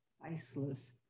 priceless